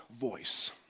voice